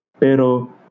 Pero